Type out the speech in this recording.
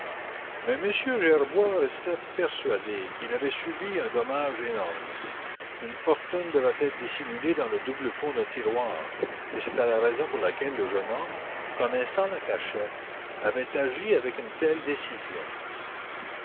mais m gerbois resta persuadé qu'il avait subi un dommage énorme une fortune devait être dissimulée dans le double fond d'un tiroir et c'était la raison pour laquelle le jeune homme connaissant la cachette avait agi avec une telle décision